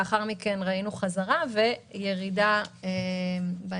לאחר מכן ראינו חזרה וירידה בהמשך.